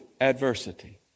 adversity